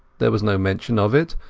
there was no mention of it,